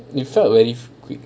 you fell very quick